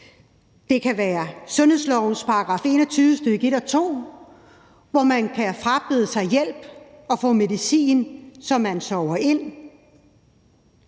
Det er f.eks. sundhedslovens § 21, stk. 1 og 2, om, at man kan frabede sig hjælp og få medicin, så man sover ind.